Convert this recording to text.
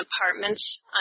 apartments